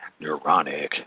neuronic